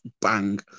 Bang